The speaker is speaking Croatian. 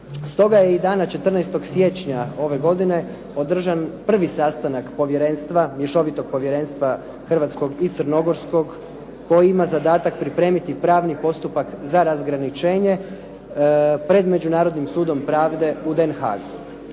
Stoga je i dana 14. siječnja ove godine održan prvi sastanak povjerenstva, Mješovitog povjerenstva hrvatskog i crnogorskog koji ima zadatak pripremiti pravni postupak za razgraničenje pred Međunarodnim sudom pravde u Den Haagu.